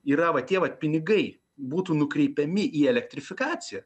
yra va tie vat pinigai būtų nukreipiami į elektrifikaciją